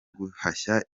guhashya